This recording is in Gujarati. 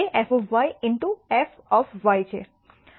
તે f in to f of yછે